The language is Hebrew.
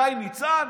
שי ניצן,